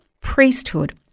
priesthood